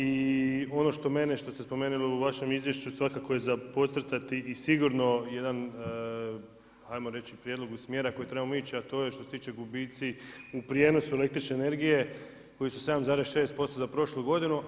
I ono što mene, što ste spomenuli u vašem izvješću svakako je za podcrtati i sigurno jedan ajmo reći prijedlog u smjeru kojem trebamo ići a to je što se tiče gubitci, u prijenosu električne energije koji su 7,6% za prošlu godinu.